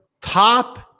top